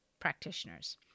Practitioners